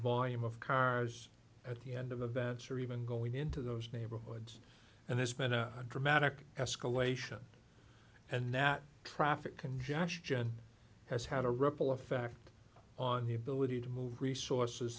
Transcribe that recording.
volume of cars at the end of the bets or even going into those neighborhoods and there's been a dramatic escalation and that traffic congestion has had a ripple effect on the ability to move resources